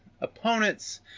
Opponents